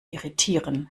irritieren